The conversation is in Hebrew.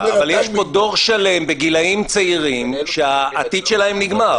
אבל יש פה דור שלם בגילים צעירים שהעתיד שלהם נגמר.